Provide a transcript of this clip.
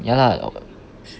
ya lah